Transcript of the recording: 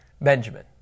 Benjamin